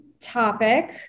topic